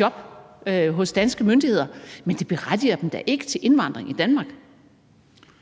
job hos danske myndigheder, men det berettiger dem da ikke til indvandring i Danmark.